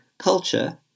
culture